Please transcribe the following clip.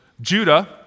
Judah